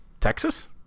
Texas